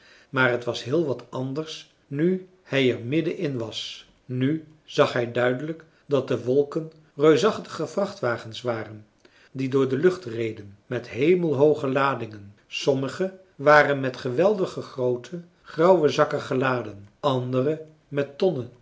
maar t was heel wat anders nu hij er midden in was nu zag hij duidelijk dat de wolken reusachtige vrachtwagens waren die door de lucht reden met hemelhooge ladingen sommige waren met geweldige groote grauwe zakken geladen andere met tonnen